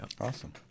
awesome